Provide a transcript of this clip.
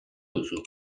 duzu